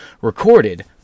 recorded